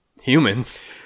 humans